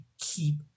keep